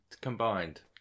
combined